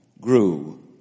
grew